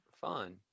Fun